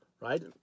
right